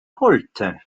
holte